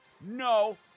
No